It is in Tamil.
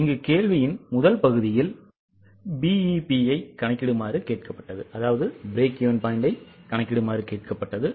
இங்கு கேள்வியின் முதல் பகுதியில் BEP ஐக் கணக்கிடுமாறு கேட்கப்பட்டது